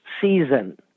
season